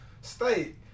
State